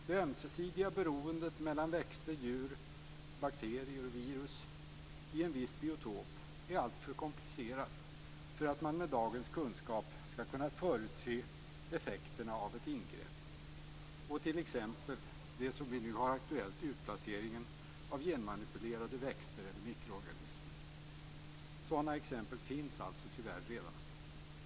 Det ömsesidiga beroendet mellan växter, djur, bakterier och virus i en viss biotop är alltför komplicerat för att man med dagens kunskap ska kunna förutse effekterna av ett ingrepp, t.ex. det som vi nu har aktuellt: utplaceringen av genmanipulerade växter eller mikroorganismer. Sådana exempel finns alltså tyvärr redan.